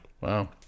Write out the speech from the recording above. wow